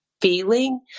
feeling